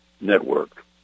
network